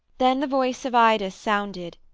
then the voice of ida sounded,